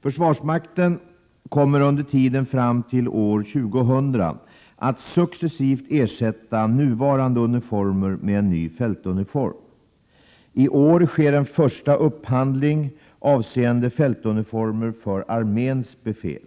Försvarsmakten kommer under tiden fram till år 2000 att successivt ersätta nuvarande uniformer med en ny fältuniform. I år sker en första upphandling avseende fältuniformer för arméns befäl.